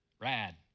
rad